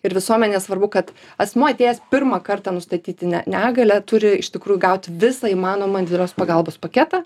ir visuomenėje svarbu kad asmuo atėjęs pirmą kartą nustatyti negalią turi iš tikrųjų gauti visą įmanomą atviros pagalbos paketą